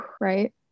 Right